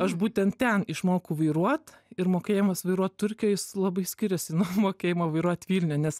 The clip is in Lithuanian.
aš būtent ten išmokau vairuot ir mokėjimas vairuot turkijoj jis labai skiriasi nuo mokėjimo vairuot vilniuje nes